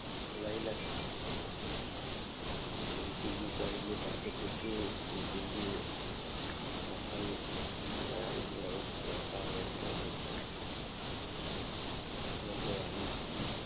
ꯂꯩ ꯂꯩ ꯕꯤ ꯄꯤꯒꯤ ꯀꯔꯤꯒꯤ ꯗꯥꯏꯕꯦꯇꯤꯁꯀꯤ ꯕꯤ ꯄꯤꯒꯤ ꯃꯈꯟ ꯃꯌꯥꯝ ꯂꯩ ꯗꯔꯀꯥꯔ ꯑꯣꯏꯕꯗꯣ ꯑꯗꯨꯝ ꯂꯧꯕ ꯌꯥꯅꯤ